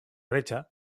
reĝa